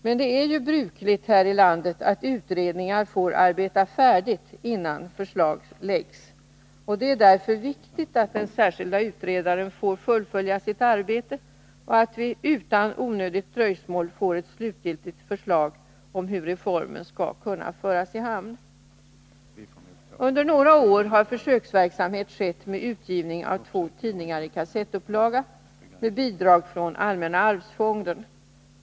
Men det är ju brukligt här i landet att utredningar får arbeta färdigt, innan förslag läggs. Det är därför viktigt att den särskilda utredaren får fullfölja sitt arbete och att vi utan onödigt dröjsmål får ett slutligt förslag om hur reformen skall kunna föras i hamn. Under några år har en försöksverksamhet skett med utgivning av två tidningar i kassettupplaga, med bidrag från allmänna arvsfonden.